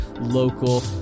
local